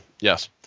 yes